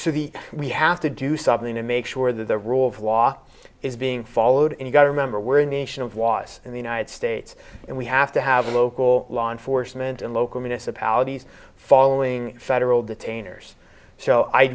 the we have to do something to make sure that the rule of law is being followed and you gotta remember we're a nation of laws and the united states and we have to have local law enforcement and local municipalities following federal